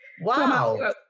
wow